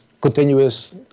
continuous